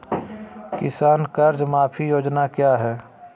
किसान कर्ज माफी योजना क्या है?